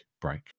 break